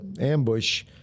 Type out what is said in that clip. ambush